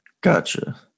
gotcha